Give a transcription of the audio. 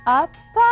up